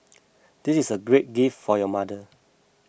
this is a great gift for your mother